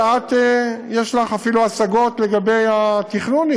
שאת יש לך אפילו השגות לגבי התכנון,